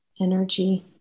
energy